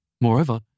Moreover